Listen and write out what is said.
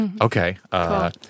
Okay